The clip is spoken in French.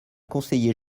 conseillers